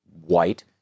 white